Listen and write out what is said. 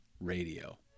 Radio